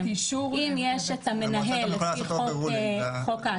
אם יש את המנהל לפי חוק העתיקות,